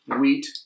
wheat